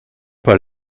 pas